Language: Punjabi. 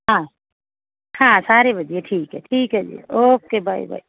ਹਾਂ ਹਾਂ ਸਾਰੇ ਵਧੀਆ ਠੀਕ ਹੈ ਠੀਕ ਹੈ ਜੀ ਓਕੇ ਬਾਏ ਬਾਏ